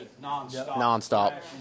non-stop